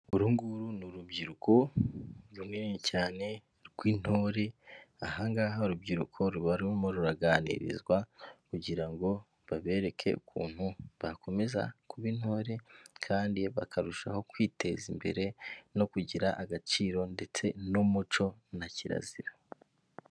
Uru nguru n'urubyiruko runini cyane rw'intore ahangaha urubyiruko ruba ruraganirizwa kugira ngo babereke ukuntu bakomeza kuba intore kandi bakarushaho kwiteza imbere no kugira agaciro ndetse n'umuco na kirazira.